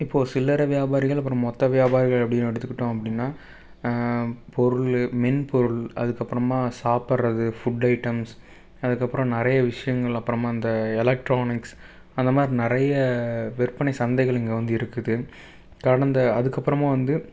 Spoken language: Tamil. இப்போ சில்லறை வியாபாரிகள் அப்புறம் மொத்த வியாபாரிகள் அப்படின்னு எடுத்துக்கிட்டோம் அப்படின்னா பொருள் மென்பொருள் அதுக்கப்புறமா சாப்பிட்றது ஃபுட் ஐட்டம்ஸ் அதுக்கப்புறம் நிறைய விஷயங்கள் அப்புறம் அந்த எலக்ட்ரானிக்ஸ் அந்த மாதிரி நிறைய விற்பனை சந்தைகள் இங்கே வந்து இருக்குது கடந்த அதுக்கப்புறமா வந்து